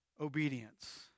obedience